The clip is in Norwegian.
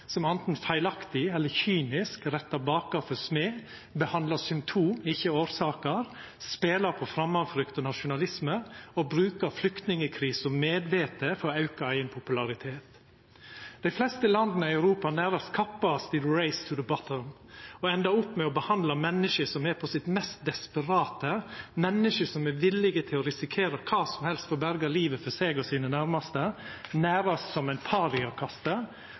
som anten feilaktig eller kynisk rettar bakar for smed, behandlar symptom, ikkje årsaker, spelar på framandfrykt og nasjonalisme, og brukar flyktningkrisa medvetne for å auka eigen popularitet. Dei fleste landa i Europa nærast kappast i «the race to the bottom» og endar opp med å behandla menneske som er på sitt mest desperate, menneske som er villige til å risikera kva som helst for å berga livet for seg og sine nærmaste, nærast som ein